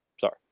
Sorry